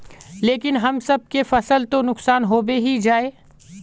लेकिन हम सब के फ़सल तो नुकसान होबे ही जाय?